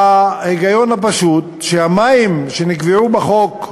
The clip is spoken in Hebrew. מההיגיון הפשוט, שהמים שנקבעו בחוק,